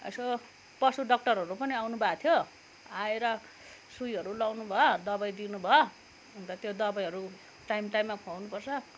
यसो पशु डक्टरहरू पनि आउनु भएको थियो आएर सुईहरू लाउनुभयो दबाई दिनुभयो अन्त त्यो दबाईहरू टाइम टाइममा खुवाउनुपर्छ